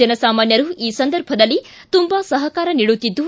ಜನಸಾಮಾನ್ನರು ಈ ಸಂದರ್ಭದಲ್ಲಿ ತುಂಬಾ ಸಹಕಾರ ನೀಡುತ್ತಿದ್ದು